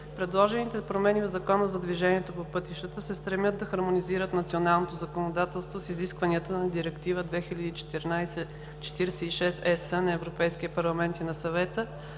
Предложените промени в Закона за движението по пътищата (ЗДвП) се стремят да хармонизират националното законодателство с изискванията на Директива 2014/46/ЕС на Европейския парламент и на Съвета